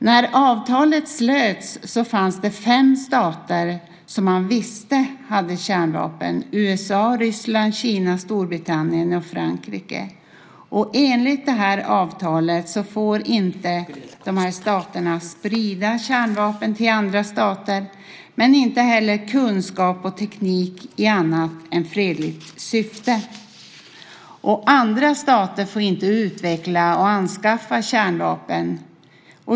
När avtalet slöts fanns det fem stater som man visste hade kärnvapen: USA, Ryssland, Kina, Storbritannien och Frankrike. Enligt avtalet får de här staterna inte sprida kärnvapen till andra stater men inte heller kunskap och teknik i annat än fredligt syfte. Och andra stater får inte utveckla och anskaffa kärnvapen.